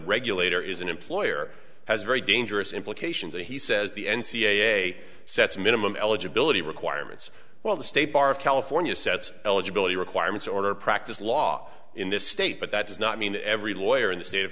regulator is an employer has very dangerous implications and he says the n c a a sets minimum eligibility requirements well the state bar of california sets eligibility requirements order practiced law in this state but that does not mean every lawyer in the state of